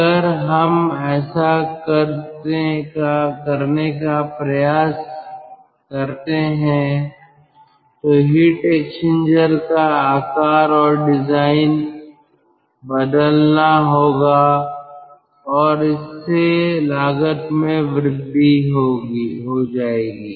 अगर हम ऐसा करने का प्रयास करते हैं तो हीट एक्सचेंजर का आकार और डिजाइन बदलना होगा और इससे लागत में वृद्धि हो जाएगी